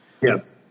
Yes